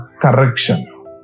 correction